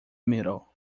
middle